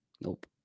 Nope